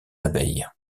abeilles